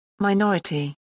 Minority